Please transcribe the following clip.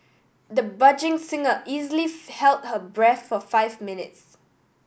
the budding singer easily held her breath for five minutes